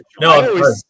No